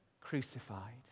crucified